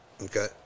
okay